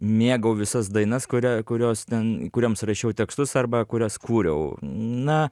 mėgau visas dainas kuria kurios ten kurioms rašiau tekstus arba kurias kūriau na